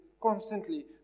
constantly